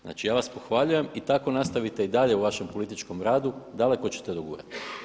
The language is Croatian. Znači ja vas pohvaljujem i tako nastavite i dalje u vašem političkom radu daleko ćete dogurati.